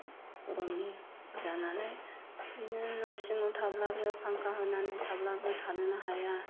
गरम जानानै बिदिनो न' सिङाव थाब्लाबो फांखा होनानै थाब्लाबो थानोनो हाया